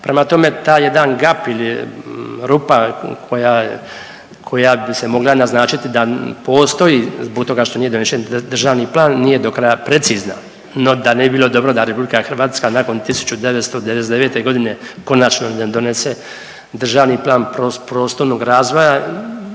Prema tome, taj jedan gap ili rupa koja, koja bi se mogla naznačiti da postoji zbog toga što nije donesen državni plan nije dokraja precizna. No, da ne bi bilo dobro da RH nakon 1999. godine konačno ne donese državni plan prostornog razvoja